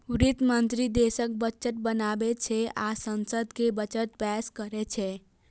वित्त मंत्री देशक बजट बनाबै छै आ संसद मे बजट पेश करै छै